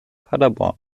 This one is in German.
paderborn